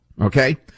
okay